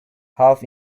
half